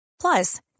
Plus